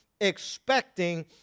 expecting